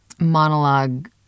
monologue